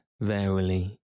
Verily